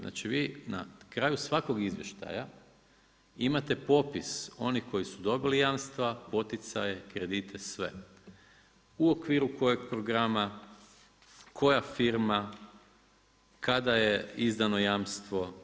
Znači vi na kraju svakog izvještaja imate potpis onih koji su dobili jamstva, poticaje, kredite sve, u okviru kojeg programima, koja firma, kada je izdano jamstvo.